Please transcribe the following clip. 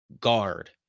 guard